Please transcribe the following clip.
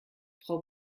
frau